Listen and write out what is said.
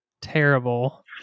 terrible